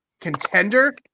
contender